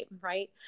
right